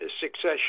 succession